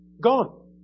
Gone